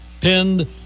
pinned